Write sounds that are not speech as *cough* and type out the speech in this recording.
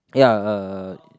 ya uh *noise*